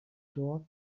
door